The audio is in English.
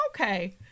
okay